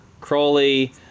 Crowley